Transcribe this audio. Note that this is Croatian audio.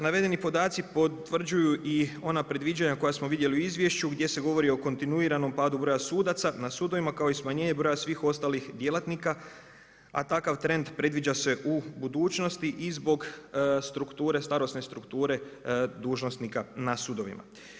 Navedeni podaci potvrđuju i ona predviđanja koja smo vidjeli i u izvješću gdje se govori o kontinuiranom padu broja sudaca na sudovima, kao i smanjenje broja svih ostalih djelatnika, a takav trend predviđa se u budućnosti i zbog strukture, starosne strukture dužnosnika na sudovima.